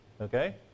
okay